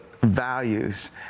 values